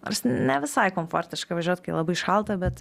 nors ne visai komfortiška važiuot kai labai šalta bet